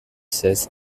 seize